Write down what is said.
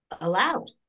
allowed